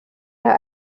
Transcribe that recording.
der